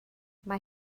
mae